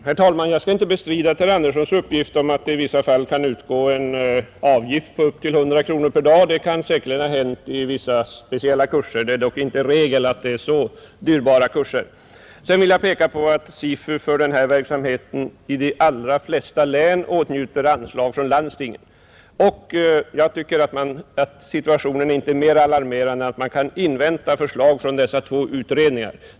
Herr talman! Jag skall inte bestrida herr Anderssons i Örebro uppgift att det i vissa fall kan utgå en avgift på upp till 100 kronor per dag; det kan säkerligen ha hänt vid vissa speciella kurser. Det är dock inte regel att det är så dyra kurser. Jag vill påpeka att SIFU i de allra flesta län åtnjuter anslag från landstinget för den här verksamheten. Situationen är inte mer alarmerande än att man kan invänta förslag från de två utredningarna.